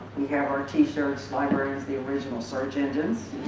we have our t-shirts libraries, the original search engines.